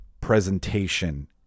presentation